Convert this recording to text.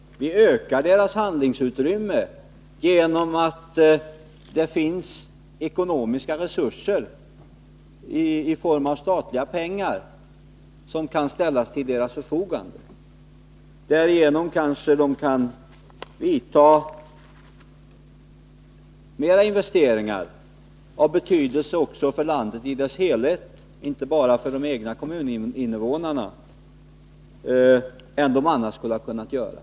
Deras handlingsutrymme ökar genom att det finns ekonomiska resurser i form av mera pengar, som kan ställas till deras förfogande. Därigenom kan de kanske vidta flera investeringar av betydelse också för landet i dess helhet, inte bara för de egna kommuninvånarna, än de annars hade kunnat göra.